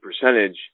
percentage